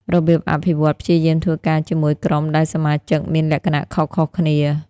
របៀបអភិវឌ្ឍន៍ ព្យាយាមធ្វើការជាមួយក្រុមដែលសមាជិកមានលក្ខណៈខុសៗគ្នា។